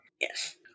Yes